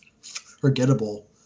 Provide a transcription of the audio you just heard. forgettable